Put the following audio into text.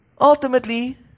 ultimately